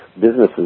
businesses